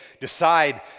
decide